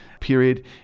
period